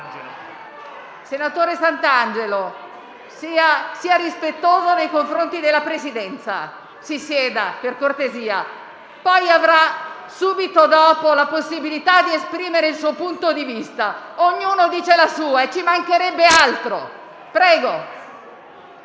Senatore Santangelo, sia rispettoso nei confronti della Presidenza. Si sieda, per cortesia. Subito dopo, avrà la possibilità di esprimere il suo punto di vista. Ognuno dice la sua, ci mancherebbe altro. Prego,